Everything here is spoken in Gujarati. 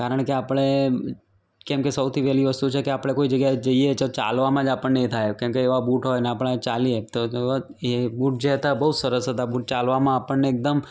કારણકે આપણે કેમકે સૌથી પહેલી વસ્તુ છે કે આપણે કોઈ જગ્યાએ જઈએ તો ચાલવામાં જ આપણને એ થાય કેમકે એવા બુટ હોય ને આપણે ચાલીએ તો એ જે બુટ હતાં બહુ સરસ હતાં બુટ ચાલવામાં આપણને એકદમ